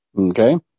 Okay